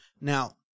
Now